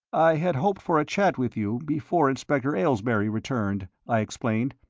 i had hoped for a chat with you before inspector aylesbury returned, i explained.